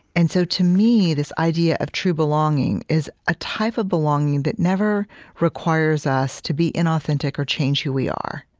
and so, to me, this idea of true belonging is a type of belonging that never requires us to be inauthentic or change who we are,